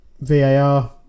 VAR